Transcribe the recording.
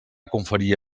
conferir